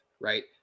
right